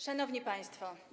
Szanowni Państwo!